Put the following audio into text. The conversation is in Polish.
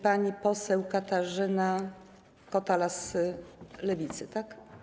Pani poseł Katarzyna Kotala z Lewicy, tak?